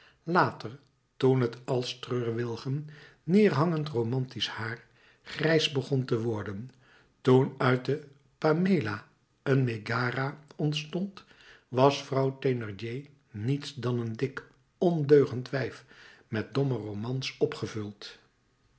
later toen het als treurwilgen neerhangend romantisch haar grijs begon te worden toen uit de pamela een megera ontstond was vrouw thénardier niets dan een dik ondeugend wijf met domme romans opgevuld